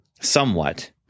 somewhat